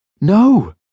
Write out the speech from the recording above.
No